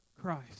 Christ